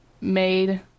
made